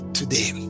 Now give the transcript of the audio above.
today